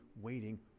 waiting